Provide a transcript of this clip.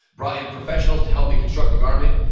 brought in professionals to help me construct the garment,